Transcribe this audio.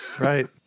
Right